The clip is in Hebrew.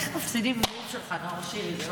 איך מפסידים נאום שלך, נאור שירי?